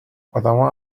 آدما